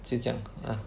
就是这样 uh